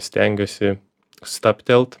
stengiuosi stabtelt